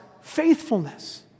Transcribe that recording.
faithfulness